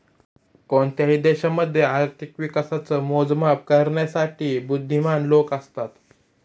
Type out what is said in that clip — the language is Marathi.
कोणत्याही देशामध्ये आर्थिक विकासाच मोजमाप करण्यासाठी बुध्दीमान लोक असतात